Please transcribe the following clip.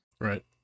Right